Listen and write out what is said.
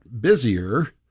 busier